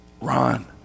Ron